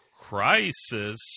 Crisis